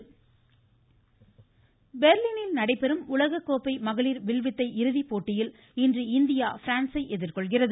வில்வித்தை பெர்லினில் நடைபெறும் உலக கோப்பை மகளிர் வில்வித்தை இறுதிப் போட்டியில் இன்று இந்தியா பிரான்சை எதிர்கொள்கிறது